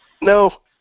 No